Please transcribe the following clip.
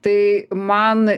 tai man